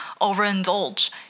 overindulge